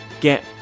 get